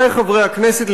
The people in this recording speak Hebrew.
עמיתי חברי הכנסת,